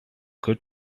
good